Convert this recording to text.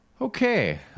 okay